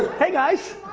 hey guys.